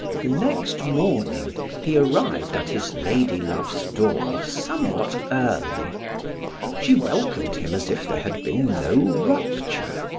the next morning he arrived at his lady-love's door somewhat early she welcomed him as if there had been no rupture,